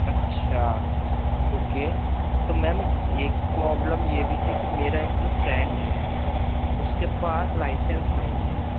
अच्छा ओके तो मैम एक प्रॉब्लम यह भी है कि मेरा जो एक फ्रेंड है उसके पास लाइसेंस नहीं है